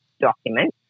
document